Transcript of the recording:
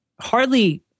hardly